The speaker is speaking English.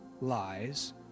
lies